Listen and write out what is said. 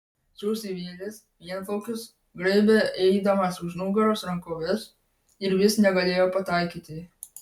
susivėlęs vienplaukis graibė eidamas už nugaros rankoves ir vis negalėjo pataikyti